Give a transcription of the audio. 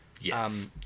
Yes